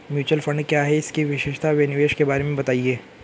Mutual fund क्या है इसकी विशेषता व निवेश के बारे में बताइये?